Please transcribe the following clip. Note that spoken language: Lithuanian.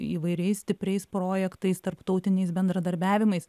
įvairiais stipriais projektais tarptautiniais bendradarbiavimais